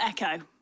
Echo